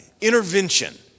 intervention